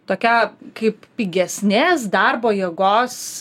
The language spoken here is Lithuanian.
tokia kaip pigesnės darbo jėgos